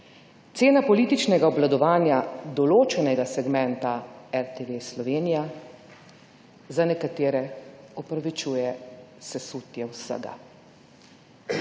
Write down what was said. Cena političnega obvladovanja določenega segmenta RTV Slovenija za nekatere opravičuje sesutje vsega.